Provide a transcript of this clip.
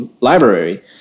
library